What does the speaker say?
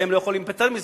והם לא יכולים להיפטר מזה,